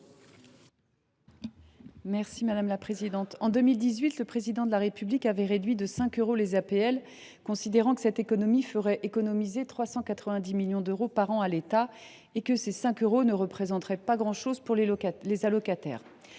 Marianne Margaté. En 2018, le Président de la République avait réduit les APL de 5 euros, considérant que cette décision ferait économiser 390 millions d’euros par an à l’État et que ces 5 euros ne représenteraient pas grand chose pour les allocataires.